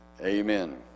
Amen